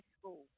school